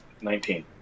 nineteen